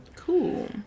Cool